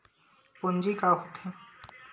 पूंजी का होथे?